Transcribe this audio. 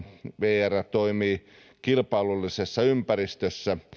vr toimii kilpailullisessa ympäristössä